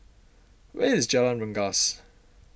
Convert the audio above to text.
where is Jalan Rengas